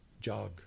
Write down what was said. jog